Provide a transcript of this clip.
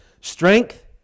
Strength